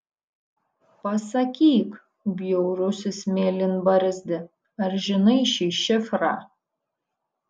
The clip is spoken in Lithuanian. pasakyk bjaurusis mėlynbarzdi ar žinai šį šifrą